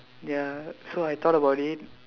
ya so I thought about it